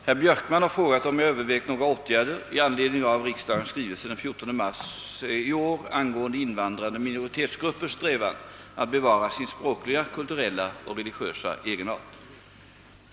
Herr talman! Herr Björkman har frågat om jag övervägt några åtgärder i anledning av riksdagens skrivelse den 14 mars 1967 angående invandrande minoritetsgruppers strävan att bevara sin språkliga, kulturella och religiösa egenart.